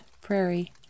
prairie